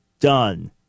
done